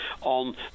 on